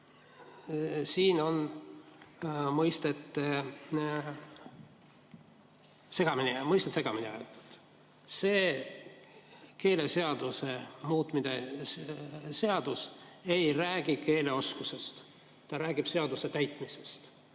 siin on mõisted segamini aetud. See keeleseaduse muutmise seadus ei räägi keeleoskusest, ta räägib seaduse täitmisest.